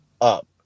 up